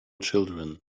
children